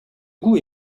goût